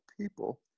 people